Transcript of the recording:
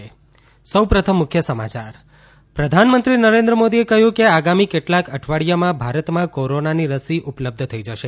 ત પ્રધાનમંત્રી નરેન્દ્ર મોદીએ કહ્યું છે કે આગામી કેટલાક અઠવાડિયામાં ભારતમાં કોરોનાની રસી ઉપલબ્ધ થઇ જશે